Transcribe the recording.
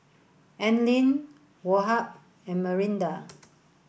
Anlene Woh Hup and Mirinda